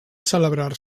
celebrar